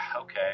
okay